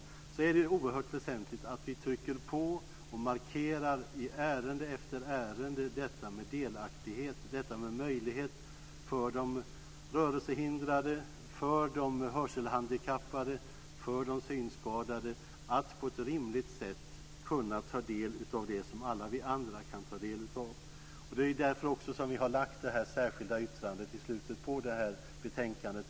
Det är oerhört väsentligt att vi trycker på och markerar i ärende efter ärende delaktighet och möjlighet för de rörelsehindrade, hörselhandikappade och synskadade att på ett rimligt sätt kunna ta del av det som alla vi andra kan ta del av. Det är därför som vi har lagt till det särskilda yttrandet i slutet av betänkandet.